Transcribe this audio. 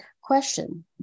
question